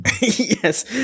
Yes